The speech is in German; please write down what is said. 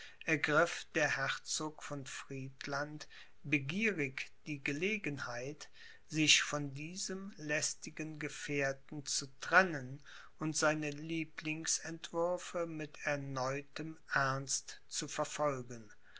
der herzog von friedland begierig die gelegenheit sich von diesem lästigen gefährten zu trennen und seine lieblingsentwürfe mit erneuertem ernst zu verfolgen